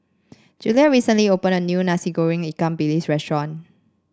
Juliet recently opened a new Nasi Goreng Ikan Bilis restaurant